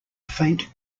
faint